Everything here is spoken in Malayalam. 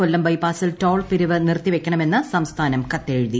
കൊല്ലം ബൈപ്പാസിൽ ടോൾ പിരിവ് നിർത്തിവയ്ക്കണമെന്ന് സംസ്ഥാനം കത്തെഴുതി